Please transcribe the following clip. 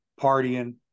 partying